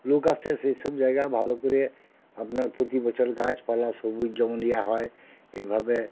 লোক আসে সেই সব জায়গা ভালো করে আপনার প্রতি বছর গাছপালা সবুজ যেমন ইয়া হয় এইভাবে